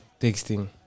texting